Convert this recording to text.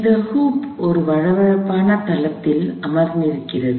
இந்த ஹூப் ஒரு வழவழப்பான தளத்தில் அமர்ந்திருக்கிறது